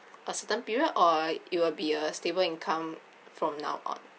a certain period or it will be a stable income from now on